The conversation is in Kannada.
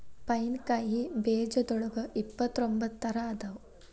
ಪೈನ್ ಕಾಯಿ ಬೇಜದೋಳಗ ಇಪ್ಪತ್ರೊಂಬತ್ತ ತರಾ ಅದಾವ